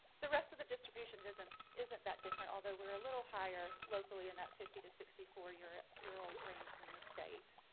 the rest of the distribution doesn't isn't that different, although we're a little higher locally in that fifty to sixty four year year old range than the state.